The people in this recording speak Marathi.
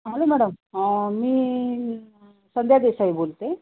हॅलो मॅडम मी संध्या देसाई बोलते